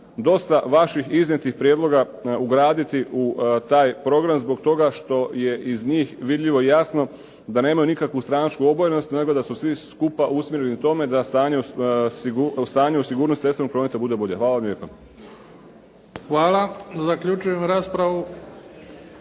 dosta vaših iznijetih prijedloga ugraditi u taj program zbog toga što je iz njih vidljivo i jasno da nemaju nikakvu stranačku obojenost, nego da su svi skupa usmjereni u tome da stanje u sigurnosti cestovnog prometa bude bolje. Hvala vam lijepa. **Bebić, Luka (HDZ)** Hvala. Zaključujem raspravu.